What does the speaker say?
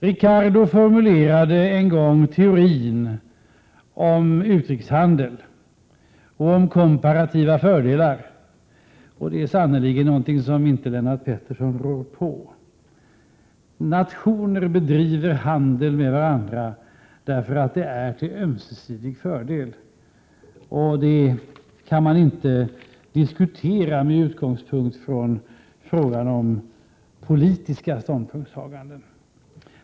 Ricardo formulerade en gång teorin om utrikeshandel och komparativa fördelar, och det är sannerligen något som Lennart Pettersson inte rår på. Nationer bedriver handel med varandra därför att det är till ömsesidig fördel. Då kan man inte diskutera med utgångspunkt i frågan om politiska ståndpunktstaganden.